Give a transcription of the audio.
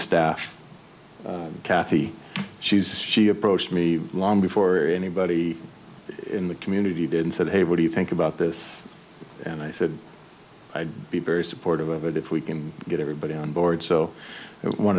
staff kathy she's she approached me long before anybody in the community did and said hey what do you think about this and i said i'd be very supportive of it if we can get everybody on board so i